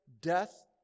death